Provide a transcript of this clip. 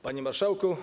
Panie Marszałku!